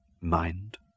mind